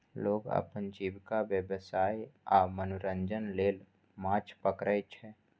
लोग अपन जीविका, व्यवसाय आ मनोरंजन लेल माछ पकड़ै छै